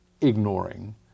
ignoring